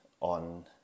on